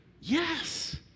Yes